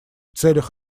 целях